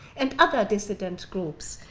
and other dissident groups,